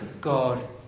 God